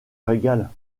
régale